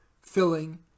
filling